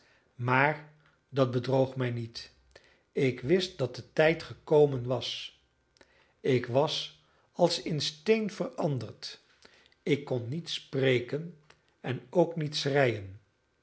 maar dat bedroog mij niet ik wist dat de tijd gekomen was ik was als in steen veranderd ik kon niet spreken en ook niet